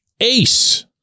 ace